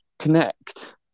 connect